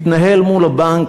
התנהל מול הבנק,